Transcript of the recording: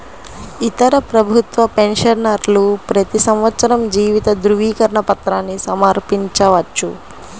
ఇతర ప్రభుత్వ పెన్షనర్లు ప్రతి సంవత్సరం జీవిత ధృవీకరణ పత్రాన్ని సమర్పించవచ్చు